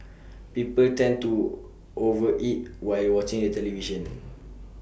people tend to over eat while watching the television